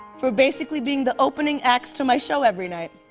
for basically being the opening acts to my show every night.